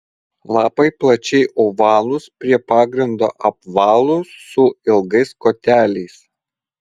lapai plačiai ovalūs prie pagrindo apvalūs su ilgais koteliais